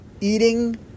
eating